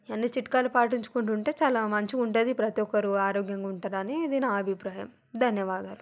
ఇవన్నీ చిట్కాలు పాటించుకుంటుంటే చాలా మంచిగా ఉంటుంది ప్రతి ఒక్కరు ఆరోగ్యంగా ఉంటారనీ నా అభిప్రాయం ధన్యవాదాలు